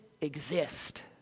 exist